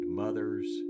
mothers